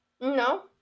No